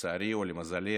לצערי או למזלי,